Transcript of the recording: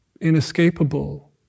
inescapable